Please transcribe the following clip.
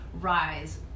rise